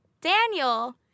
Daniel